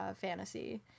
fantasy